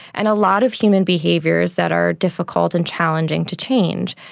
and a lot of human behaviours that are difficult and challenging to change.